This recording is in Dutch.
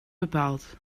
bepaald